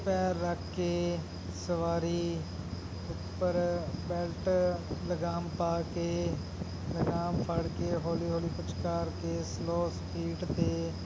ਪੈਰ ਰੱਖ ਕੇ ਸਵਾਰੀ ਉੱਪਰ ਬੈਲਟ ਲਗਾਮ ਪਾ ਕੇ ਲਗਾਮ ਫੜ ਕੇ ਹੌਲੀ ਹੌਲੀ ਪੁਚਕਾਰ ਕੇ ਸਲੋ ਸਪੀਟ 'ਤੇ